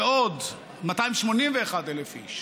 ועוד: 281,000 איש